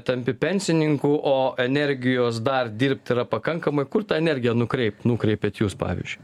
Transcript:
tampi pensininku o energijos dar dirbt yra pakankamai kur tą energiją nukreipt nukreipiat jūs pavyzdžiui